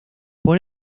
por